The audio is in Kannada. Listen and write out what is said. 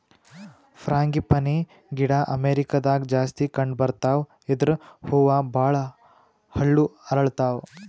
ಫ್ರಾಂಗಿಪನಿ ಗಿಡ ಅಮೇರಿಕಾದಾಗ್ ಜಾಸ್ತಿ ಕಂಡಬರ್ತಾವ್ ಇದ್ರ್ ಹೂವ ಭಾಳ್ ಹಳ್ಳು ಅರಳತಾವ್